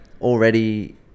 already